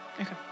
Okay